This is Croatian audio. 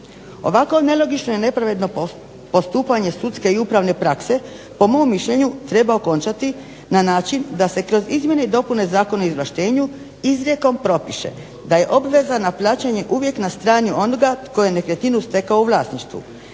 Ovako nelogično i nepravedno postupanje sudske i upravne prakse po mom mišljenju treba okončati na način da se kroz izmjene i dopune Zakona o izvlaštenju izrijekom propiše da je obveza na plaćanje uvijek na strani onoga tko je nekretninu stekao u vlasništvu,